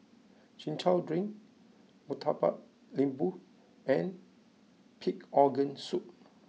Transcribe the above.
Chin Chow Drink Murtabak Lembu and Pig Organ Soup